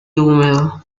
húmedo